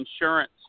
Insurance